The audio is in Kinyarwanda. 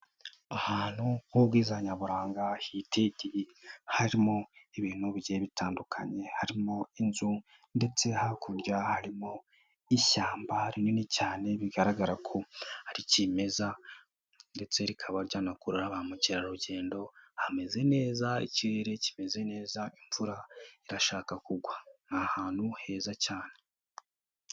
Ahantu h'ubwiza nyaburanga hitegeye harimo ibintu bigiye bitandukanye, harimo inzu ndetse hakurya harimo ishyamba rinini cyane bigaragara ko ari kimeza ndetse rikaba ryanakurura ba mukerarugendo, hameze neza, ikirere kimeze neza imvura irashaka kugwa, ni ahantu heza cyane.